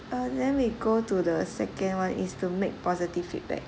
uh then we go to the second [one] is to make positive feedback